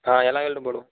ஆ எல்லா வெல்டும் போடுவோம்